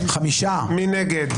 מי נגד?